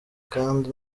kandi